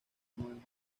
rumania